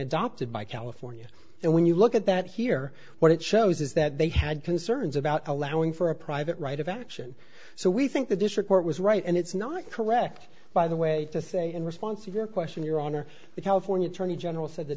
adopted by california and when you look at that here what it shows is that they had concerns about allowing for a private right of action so we think that this report was right and it's not correct by the way to say in response to your question your honor the california attorney general said the